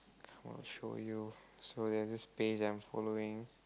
I'll show you so there is this page that I'm following